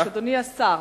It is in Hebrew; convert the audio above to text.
אדוני השר,